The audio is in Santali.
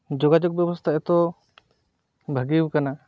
ᱡᱳᱜᱟᱡᱳᱜᱽ ᱵᱮᱵᱚᱥᱛᱷᱟ ᱮᱛᱚ ᱵᱷᱟᱹᱜᱤᱭᱟᱠᱟᱱᱟ